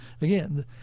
Again